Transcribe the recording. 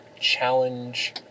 challenge